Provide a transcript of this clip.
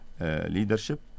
leadership